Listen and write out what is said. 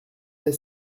est